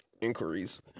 inquiries